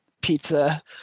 pizza